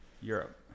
europe